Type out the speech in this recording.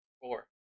Four